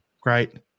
great